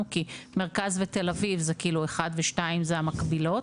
כי מרכז ותל אביב זה כאילו אחד ושתיים זה המקבילות,